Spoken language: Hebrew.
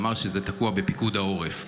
ואמר שזה תקוע בפיקוד העורף,